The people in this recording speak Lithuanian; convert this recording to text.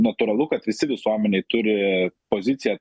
natūralu kad visi visuomenėj turi poziciją